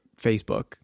Facebook